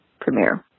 premiere